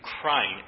crying